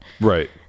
Right